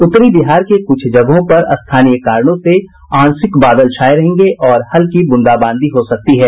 उत्तरी बिहार के कुछ जगहों पर स्थानीय कारणों से आंशिक बादल छाये रहेंगे और हल्की बूंदाबांदी हो सकती है